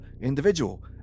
individual